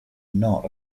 not